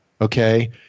Okay